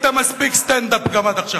עשית מספיק סטנדאפ גם עד עכשיו.